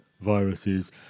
viruses